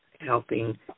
helping